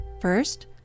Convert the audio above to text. First